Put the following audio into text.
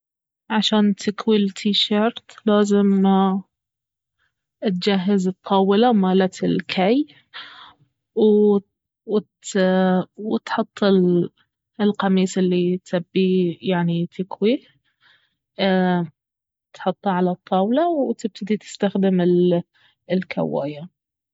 عشان تكوي التي شيرت لازم اتجهز الطاولة مالت الكي و-وتحط ال-القميص الي تبي يعني تكويه تحطه على الطاولة وتبتدي تستخدم الكواية